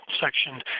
section